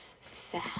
Sad